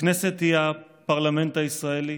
הכנסת היא הפרלמנט הישראלי.